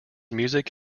music